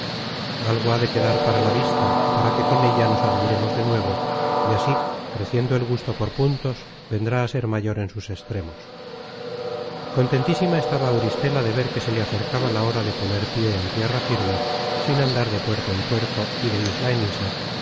algo ha de quedar para la vista para que con ella nos admiremos de nuevo y así creciendo el gusto por puntos vendrá á ser mayor en sus extremos contentísima estaba auristela de ver que se le acercaba la hora de poner pié en tierra firme sin andar de puerto en puerto y de isla en isla